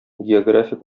географик